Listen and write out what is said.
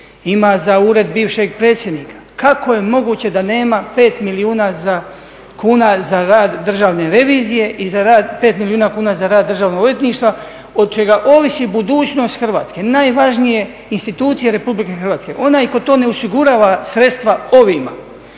ima za ured bivšeg predsjednika kako je moguće da nema pet milijuna kuna za rad Državne revizije i pet milijuna kuna za rad Državnog odvjetništva o čega ovisi budućnost Hrvatske, najvažnije institucije RH. Onaj tko to ne osigurava sredstva ovima